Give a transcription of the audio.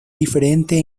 diferente